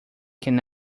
can